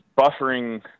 buffering